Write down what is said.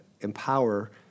empower